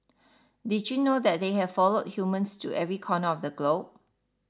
did you know that they have followed humans to every corner of the globe